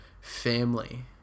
family